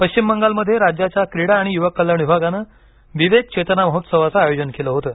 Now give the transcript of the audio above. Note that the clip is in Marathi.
पश्चिम बंगाल मध्ये राज्याच्या क्रीडा आणि युवक कल्याण विभागानं विवेक चेतना महोत्सवाचं आयोजन केलं होतं